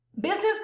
business